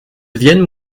devienne